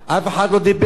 אף אחד לא דיבר,